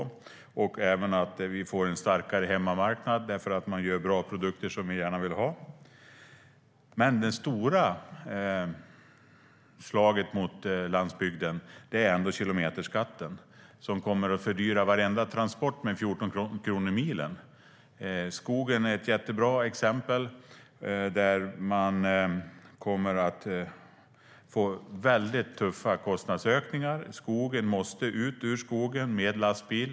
Jag undrar också om Jens Holm anser att den kan göra att vi får en starkare hemmamarknad därför att man gör bra produkter som vi gärna vill ha. Men det stora slaget mot landsbygden är ändå kilometerskatten, som kommer att fördyra varenda transport med 14 kronor per mil. Skogen är ett jättebra exempel. Man kommer att få väldigt tuffa kostnadsökningar. Timret måste ut ur skogen med lastbil.